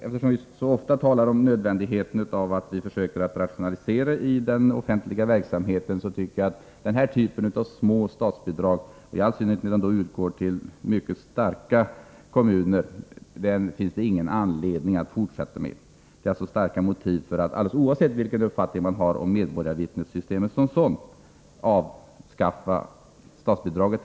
Eftersom vi så ofta talar om hur nödvändigt det är att vi försöker rationalisera den offentliga verksamheten, tycker jag att det inte finns någon anledning att fortsätta med den här typen av små statsbidrag, i all synnerhet som de utgår till mycket starka kommuner. Det finns alltså starka skäl för att avskaffa detta statsbidrag, alldeles oavsett vilken uppfattning man har om systemet med medborgarvittnen som sådant.